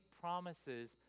promises